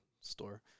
store